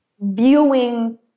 viewing